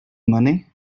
money